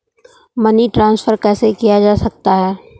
Money transfer कैसे किया जा सकता है?